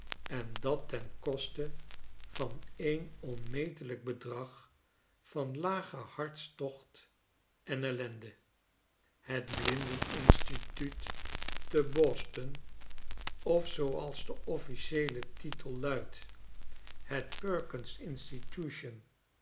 en dat ten koste van een onmetelijk bedrag van lagen hartstocht en ellende het blinden instituut te boston of zooalsde offlcieele titel luidt the perkins institution